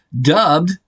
dubbed